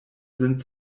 sind